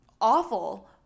awful